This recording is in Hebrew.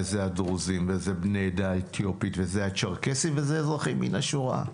וזה הדרוזים וזה בני העדה האתיופית וזה הצ'רקסים וזה אזרחים מן השורה.